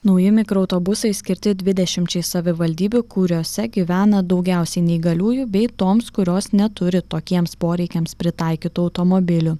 nauji mikroautobusai skirti dvidešimčiai savivaldybių kuriose gyvena daugiausiai neįgaliųjų bei toms kurios neturi tokiems poreikiams pritaikytų automobilių